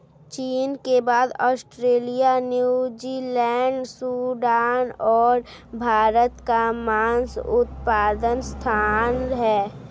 चीन के बाद ऑस्ट्रेलिया, न्यूजीलैंड, सूडान और भारत का मांस उत्पादन स्थान है